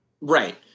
Right